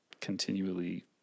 continually